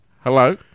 Hello